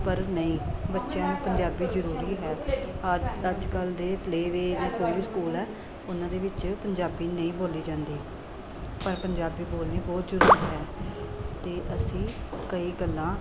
ਪਰ ਨਹੀਂ ਬੱਚਿਆਂ ਨੂੰ ਪੰਜਾਬੀ ਜ਼ਰੂਰੀ ਹੈ ਅੱ ਅੱਜ ਕੱਲ੍ਹ ਦੇ ਪਲੇਵੇਅ ਕੋਈ ਵੀ ਸਕੂਲ ਹੈ ਉਹਨਾਂ ਦੇ ਵਿੱਚ ਪੰਜਾਬੀ ਨਹੀਂ ਬੋਲੀ ਜਾਂਦੀ ਪਰ ਪੰਜਾਬੀ ਬੋਲਣੀ ਬਹੁਤ ਜ਼ਰੂਰੀ ਹੈ ਅਤੇ ਅਸੀਂ ਕਈ ਗੱਲਾਂ